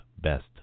best